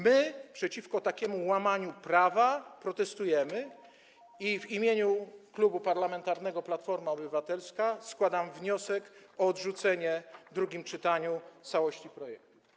My przeciwko takiemu łamaniu prawa protestujemy i w imieniu Klubu Parlamentarnego Platforma Obywatelska składam wniosek o odrzucenie w drugim czytaniu w całości projektu.